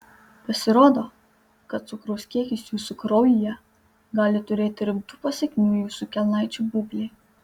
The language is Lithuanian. pasirodo kad cukraus kiekis jūsų kraujyje gali turėti rimtų pasekmių jūsų kelnaičių būklei